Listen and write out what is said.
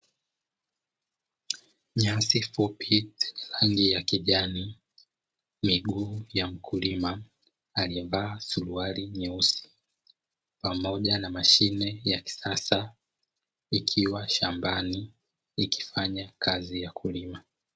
Nyasi fupi zenye rangi ya kijani, miguu ya mkulima aliyevaa suruali nyeusi pamoja na mashine ya kisasa ikiwa shambani ikifanya kazi ya kulima.